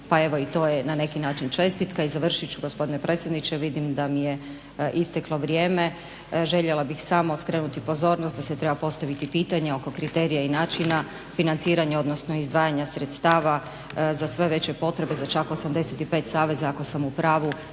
pa evo i to je na neki način čestitka. I završit ću gospodine predsjedniče, vidim da mi je isteklo vrijeme. Željela bih samo skrenuti pozornost da se treba postaviti da se treba postaviti pitanje oko kriterija i načina financiranja odnosno izdvajanja sredstava za sve veće potrebe za čak 85 saveza ako sam u pravu,